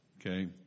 okay